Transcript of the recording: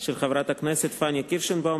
של חברת הכנסת פניה קירשנבאום,